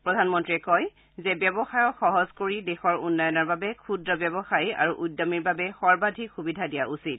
প্ৰধানমন্ত্ৰীয়ে কয় যে ব্যৱসায়ক সহজ কৰি দেশৰ উন্নয়নৰ বাবে ক্ষুদ্ৰ ব্যৱসায়ী আৰু উদ্যমীৰ বাবে সৰ্বাধিক সুবিধা দিয়া উচিত